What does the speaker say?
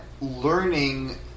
learning